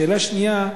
שאלה שנייה,